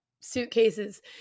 suitcases